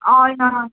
I हा